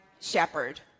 shepherd